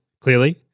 clearly